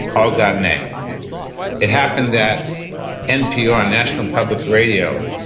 all got an a it happened that npr, national public radio,